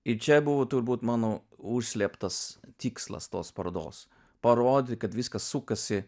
ir čia buvo turbūt mano užslėptas tikslas tos parodos parodyt kad viskas sukasi